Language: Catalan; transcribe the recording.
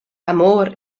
amor